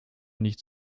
nicht